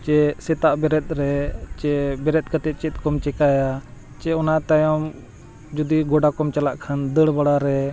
ᱪᱮ ᱥᱮᱛᱟᱜ ᱵᱮᱨᱮᱫ ᱨᱮ ᱥᱮ ᱵᱮᱨᱮᱫ ᱠᱟᱛᱮ ᱪᱮᱫᱠᱚᱢ ᱪᱤᱠᱟᱹᱭᱟ ᱪᱮ ᱚᱱᱟ ᱛᱟᱭᱚᱢ ᱡᱩᱫᱤ ᱜᱚᱰᱟ ᱠᱚᱢ ᱪᱟᱞᱟᱜ ᱠᱷᱟᱱ ᱫᱟᱹᱲ ᱵᱟᱲᱟᱨᱮ